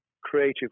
creative